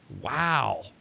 Wow